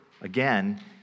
again